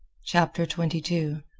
chapter twenty two